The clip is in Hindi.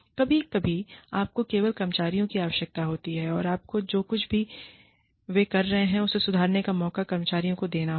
कभी कभी आपको केवल कर्मचारियों की आवश्यकता होती है आपको जो कुछ भी वे कर रहे हैं उसे सुधारने का मौका कर्मचारियों को देना होगा